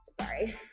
sorry